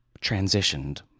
transitioned